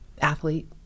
athlete